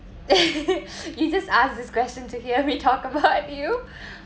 you just ask this question to hear me talk about you